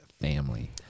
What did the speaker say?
family